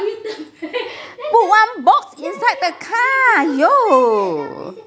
put one box inside the car !aiyo!